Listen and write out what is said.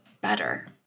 better